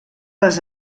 les